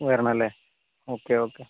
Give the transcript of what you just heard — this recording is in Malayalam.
വരണം അല്ലേ ഓക്കേ ഓക്കേ